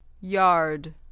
yard